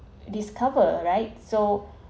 discover right so